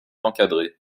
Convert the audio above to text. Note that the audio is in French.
encadrées